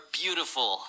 beautiful